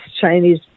Chinese